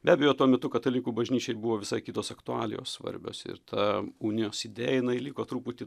be abejo tuo metu katalikų bažnyčiai buvo visai kitos aktualijos svarbios ir ta unijos idėja jinai liko truputį